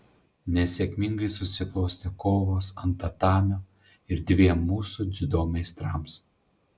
nesėkmingai susiklostė kovos ant tatamio ir dviem mūsų dziudo meistrams